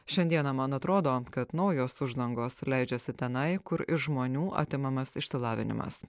šiandieną man atrodo kad naujos uždangos leidžiasi tenai kur iš žmonių atimamas išsilavinimas